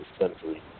essentially